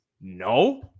No